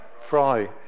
Fry